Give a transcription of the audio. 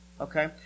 okay